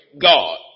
God